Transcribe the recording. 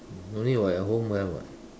no need [what] at home have [what]